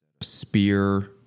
spear